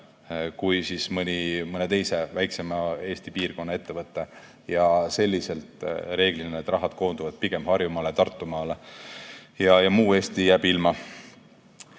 kui mõne teise, väiksema Eesti piirkonna ettevõte. Selliselt aga reeglina raha koondub pigem Harjumaale ja Tartumaale, muu Eesti jääb ilma.